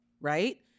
right